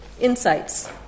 insights